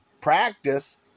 practice